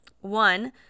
One